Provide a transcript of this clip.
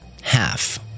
half